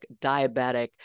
diabetic